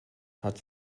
hat